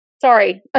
Sorry